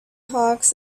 hawks